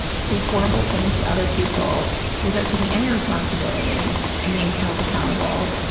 say horrible things to other people without taking any responsibility and being held accountable,